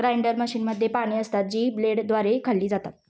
grinder मशीनमध्ये पाने असतात, जी ब्लेडद्वारे खाल्ली जातात